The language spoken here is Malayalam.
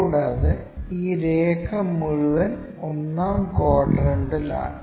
കൂടാതെ ഈ രേഖ മുഴുവൻ ഒന്നാം ക്വാഡ്രന്റിലാണ്